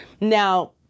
Now